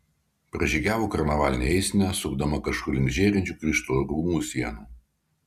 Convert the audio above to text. pražygiavo karnavalinė eisena sukdama kažkur link žėrinčių krištolo rūmų sienų